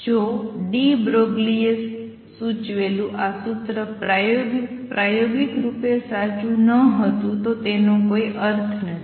જો ડી બ્રોગલીએ સૂચવેલું આ સૂત્ર પ્રાયોગિક રૂપે સાચું ન હતું તો તેનો કોઈ અર્થ નથી